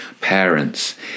parents